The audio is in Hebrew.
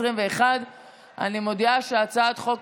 21. אני מודיעה שהצעת חוק,